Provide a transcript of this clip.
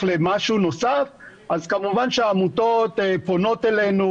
למשהו נוסף אז כמובן שהעמותות פונות אלינו,